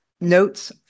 Notes